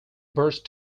burst